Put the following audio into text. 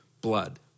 blood